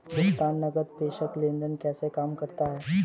भुगतान नकद प्रेषण लेनदेन कैसे काम करता है?